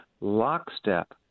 lockstep